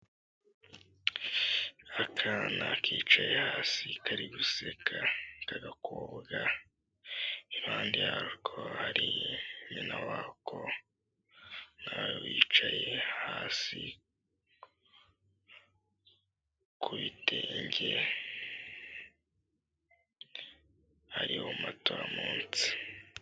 Akana kicaye hasi kari guseka k'agakobwa, impande yako hari nyina wako na we wicaye hasi ku bitenge, hariho matora munsi.